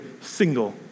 single